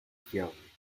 fiable